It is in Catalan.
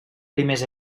primers